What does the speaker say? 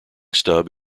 stub